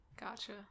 Gotcha